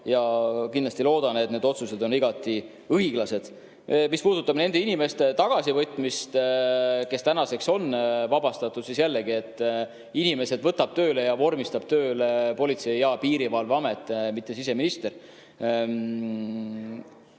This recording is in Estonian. Ma muidugi loodan, et need otsused on igati õiglased. Mis puudutab nende inimeste tagasivõtmist, kes tänaseks on vabastatud, siis jällegi: inimesed võtab tööle Politsei- ja Piirivalveamet, mitte siseminister.